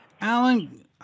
Alan